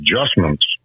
adjustments